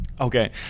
Okay